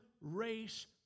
race